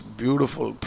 beautiful